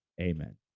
Amen